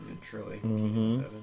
Truly